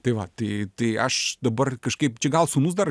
tai va tai tai aš dabar kažkaip čia gal sūnus dar